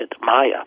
Maya